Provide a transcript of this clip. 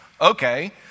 okay